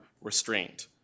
restraint